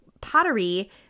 pottery